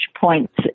points